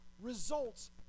results